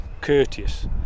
Courteous